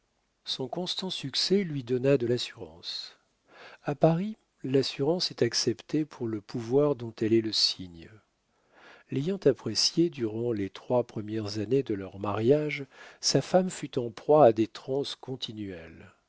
son constant succès lui donna de l'assurance a paris l'assurance est acceptée pour le pouvoir dont elle est le signe l'ayant apprécié durant les trois premières années de leur mariage sa femme fut en proie à des transes continuelles